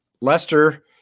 Lester